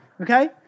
okay